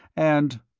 and